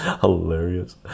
Hilarious